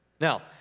Now